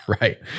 right